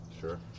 Sure